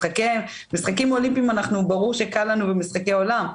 משחקים אולימפיים ברור שקל לנו במשחקי עולם,